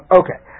okay